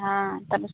हाँ तब